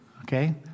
Okay